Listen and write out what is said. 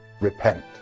Repent